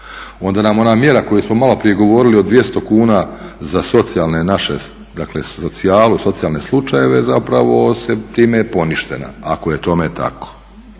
Onda nam ona mjera koju smo maloprije govorili o 200 kuna za socijalne naše, dakle socijalu, socijalne slučajeve zapravo je time poništena ako je tome tako.